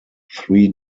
three